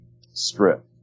strip